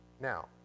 now